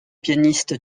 pianiste